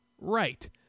Right